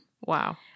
Wow